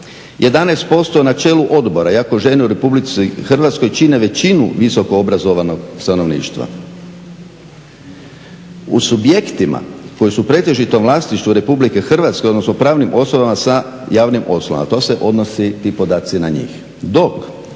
11% na čelu odbora iako žene u RH čine većinu visokoobrazovanog stanovništva. U subjektima koji su u pretežitom vlasništvu RH odnosno pravnim osobama sa javnim poslovima, a to se odnosi ti podaci na njih.